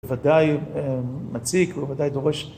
ודאי מציק, וודאי דורש.